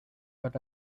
but